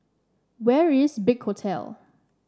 where is Big Hotel